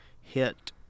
hit